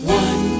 one